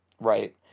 right